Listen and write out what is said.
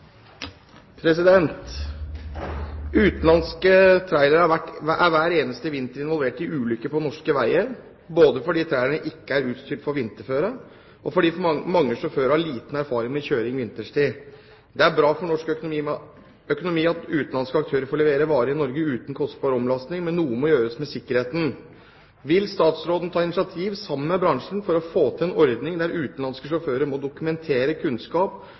hver eneste vinter involvert i ulykker på norske veier både fordi trailerne ikke er utstyrt for vinterføre, og fordi mange sjåfører har liten erfaring med kjøring vinterstid. Det er bra for norsk økonomi at utenlandske aktører får levere varer i Norge uten kostbar omlasting, men noe må gjøres med sikkerheten. Vil statsråden ta initiativ sammen med bransjen for å få til en ordning der utenlandske sjåfører må dokumentere kunnskap